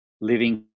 living